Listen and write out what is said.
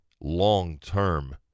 long-term